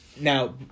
Now